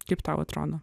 kaip tau atrodo